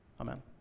Amen